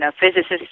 physicists